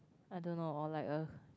I don't know or like a